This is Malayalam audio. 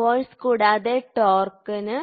ഫോഴ്സ് കൂടാതെ ടോർക്കിനു